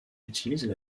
utilisent